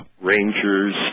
rangers